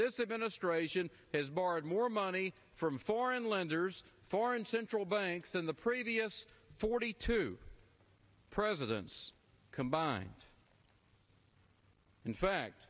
this administration barred more money from foreign lenders foreign central banks than the previous forty two presidents combined in fact